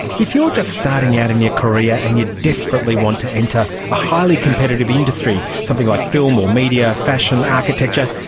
if you're just starting out in your career and you desperately want to enter a highly competitive industry, something like film or media, fashion, architecture,